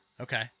Okay